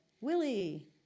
Willie